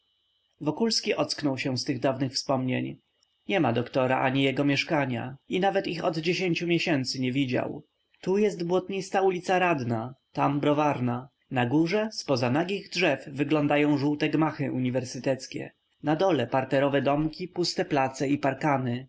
robić wokulski ocknął się z tych dawnych wspomnień nie ma doktora ani jego mieszkania i nawet ich od dziesięciu miesięcy nie widział tu jest błotnista ulica radna tam browarna na górze zpoza nagich drzew wyglądają żółte gmachy uniwersyteckie na dole parterowe domki puste place i parkany